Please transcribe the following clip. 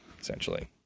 essentially